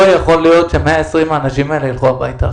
לא יכול להיות ש-120 האנשים האלה ילכו הביתה.